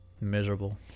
miserable